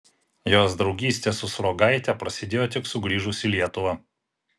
jos draugystė su sruogaite prasidėjo tik sugrįžus į lietuvą